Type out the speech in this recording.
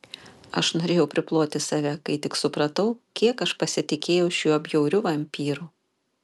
aš norėjau priploti save kai tik supratau kiek aš pasitikėjau šiuo bjauriu vampyru